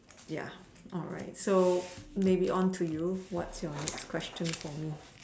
ya alright so maybe on to you what's your next question for me